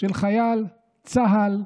של חייל צה"ל,